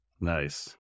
Nice